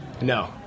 No